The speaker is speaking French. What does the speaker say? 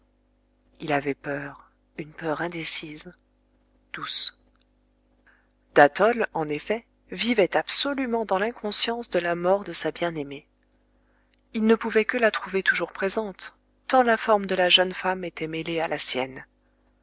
il avait peur une peur indécise douce d'athol en effet vivait absolument dans l'inconscience de la mort de sa bien-aimée il ne pouvait que la trouver toujours présente tant la forme de la jeune femme était mêlée à la sienne